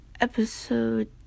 episode